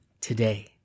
today